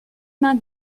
main